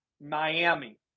Miami